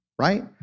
right